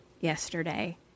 yesterday